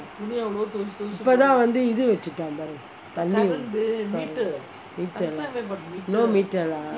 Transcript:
இப்போதா வந்து இது வச்சுட்டான் பாரு தண்ணீ:ippotha vanthu ithu vachuttan paaru thanni meter lah no meter lah